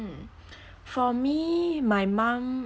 mm for me my mum